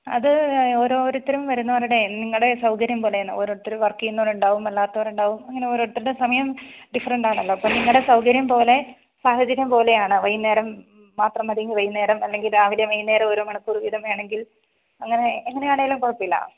അത് ഓരോരുത്തരും വരുന്നവരുടെ നിങ്ങളുടെ സൗകര്യം പോലെയാണ് ഓരോരുത്തര് വർക്ക് ചെയ്യുന്നവരുണ്ടാകും അല്ലാത്തവരുണ്ടാകും അങ്ങനെ ഓരോരുത്തരുടെ സമയം ഡിഫറന്റ് ആണല്ലൊ അപ്പം നിങ്ങളുടെ സൗകര്യം പോലെ സാഹചര്യം പോലെയാണ് വൈകുന്നേരം മാത്രം മതിയെങ്കിൽ വൈകുന്നേരം അല്ലെങ്കിൽ രാവിലേയും വൈന്നേരവും ഓരോ മണിക്കൂർ വീതം വേണമെങ്കിൽ അങ്ങനെ എങ്ങനെ ആണേലും കുഴപ്പമില്ല